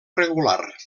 regular